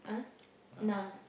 !huh! nah